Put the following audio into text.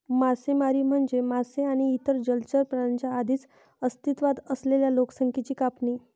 मासेमारी म्हणजे मासे आणि इतर जलचर प्राण्यांच्या आधीच अस्तित्वात असलेल्या लोकसंख्येची कापणी